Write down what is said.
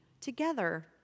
together